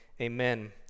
amen